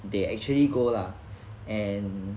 they actually go lah and